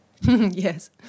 Yes